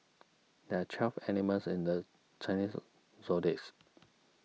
there are twelve animals in the Chinese zodiacs